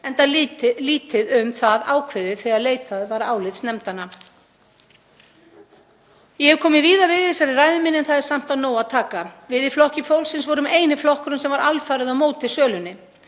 enda lítið um það ákveðið þegar leitað var álits nefndanna. Ég hef komið víða við í þessari ræðu minni en það er samt af nógu að taka. Við í Flokki fólksins vorum eini flokkurinn sem var alfarið á móti sölunni.